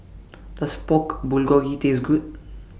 Does Pork Bulgogi Taste Good